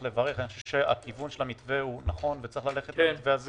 חושב שהכיוון של המתווה הוא נכון ויש ללכת לכיוון המתווה הזה